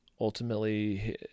ultimately